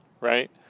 right